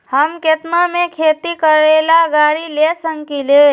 हम केतना में खेती करेला गाड़ी ले सकींले?